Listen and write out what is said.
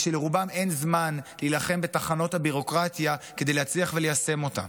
ולרובם אין זמן להילחם בתחנות הביורוקרטיה כדי להצליח וליישם אותן,